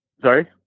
Sorry